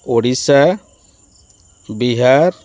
Odisha Bihar